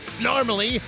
Normally